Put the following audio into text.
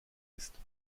ist